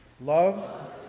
Love